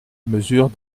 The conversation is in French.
mesure